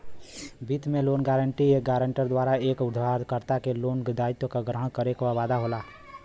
वित्त में loan guarantee एक गारंटर द्वारा एक उधारकर्ता के लोन दायित्व क ग्रहण करे क वादा होला